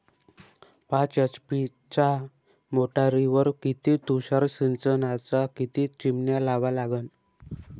पाच एच.पी च्या मोटारीवर किती तुषार सिंचनाच्या किती चिमन्या लावा लागन?